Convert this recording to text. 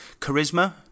charisma